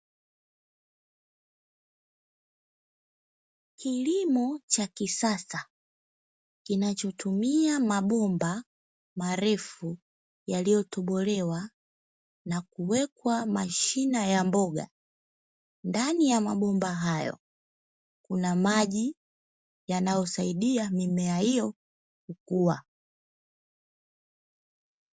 Kilimo cha kisasa kinachotumia mabomba marefu, yaliyotobolewa na kuwekwa mashina ya mboga. Ndani ya mabomba hayo, kuna maji yanayosaidia mimea hiyo kukua.